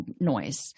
noise